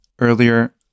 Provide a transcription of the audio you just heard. Earlier